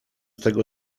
tego